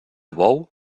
bou